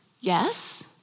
Yes